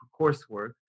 coursework